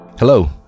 Hello